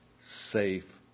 safe